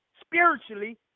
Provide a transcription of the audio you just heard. spiritually